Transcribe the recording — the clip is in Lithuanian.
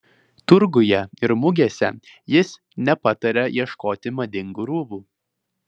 turguje ir mugėse jis nepataria ieškoti madingų rūbų